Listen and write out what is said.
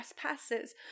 trespasses